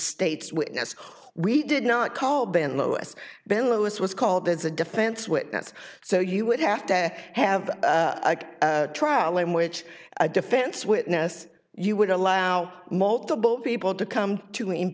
state's witness why he did not call been lois ben lewis was called as a defense witness so you would have to have a trial in which a defense witness you would allow multiple people to come to